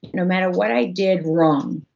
no matter what i did wrong,